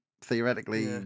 Theoretically